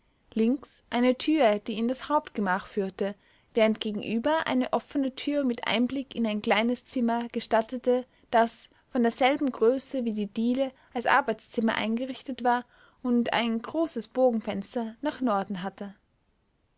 links eine tür die in das hauptgemach führte während gegenüber eine offene tür mir einblick in ein kleines zimmer gestattete das von derselben größe wie die diele als arbeitszimmer eingerichtet war und ein großes bogenfenster nach norden hatte